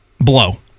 blow